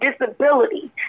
disability